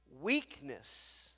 weakness